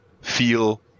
feel